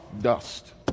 dust